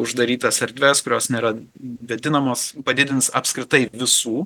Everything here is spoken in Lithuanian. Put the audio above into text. uždarytas erdves kurios nėra vėdinamos padidins apskritai visų